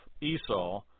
Esau